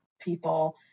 people